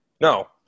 No